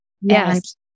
Yes